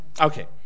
okay